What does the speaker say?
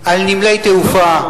על נמלי תעופה,